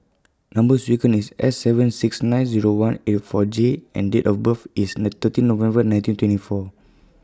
Number sequence IS S seven six nine Zero one eight four J and Date of birth IS The thirteen November nineteen twenty four